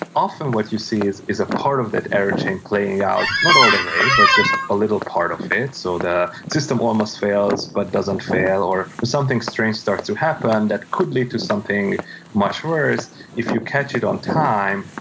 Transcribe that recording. often what you see is a ah part of that error chain playing out, not all the way, but just a little part of it, so the system almost fails but doesn't fail, or something strange starts to happen that could lead to something much worse if you catch it on time,